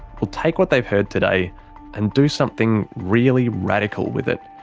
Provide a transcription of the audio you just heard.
will take what they've heard today and do something really radical with it?